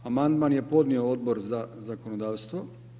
Amandman je podnio Odbor za zakonodavstvo.